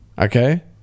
okay